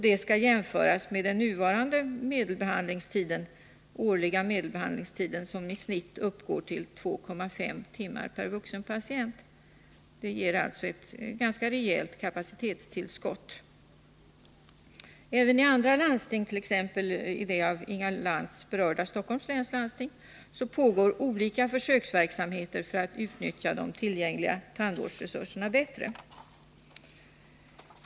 Detta skall jämföras med den nuvarande årliga medelbehandlingstiden, som i genomsnitt uppgår till 2,5 timmar per vuxen patient. Det blir alltså ett ganska rejält kapacitetstillskott. Även i andra landsting, t.ex. i det av Inga Lantz berörda Stockholms läns landsting, pågår olika försöksverksamheter för att utnyttja de tillgängliga tandvårdsresurserna bättre.